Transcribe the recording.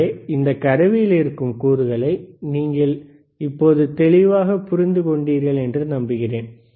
எனவே இந்த கருவியில் இருக்கும் கூறுகளை நீங்கள் இப்போது தெளிவாக புரிந்து கொண்டீர்கள் என்று நம்புகிறேன்